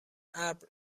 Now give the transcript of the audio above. ابر